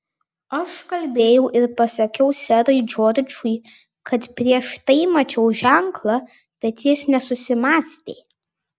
aš kalbėjau ir pasakiau serui džordžui kad prieš tai mačiau ženklą bet jis nesusimąstė